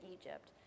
Egypt